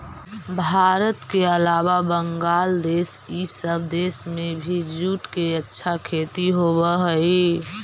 भारत के अलावा बंग्लादेश इ सब देश में भी जूट के अच्छा खेती होवऽ हई